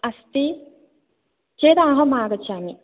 अस्ति चेद् अहमागच्छामि